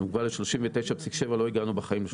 זה מוגבל ל-39.7, לא הגענו בחיים.